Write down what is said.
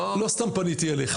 לא --- לא סתם פניתי אליך,